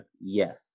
Yes